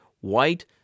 white